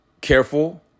careful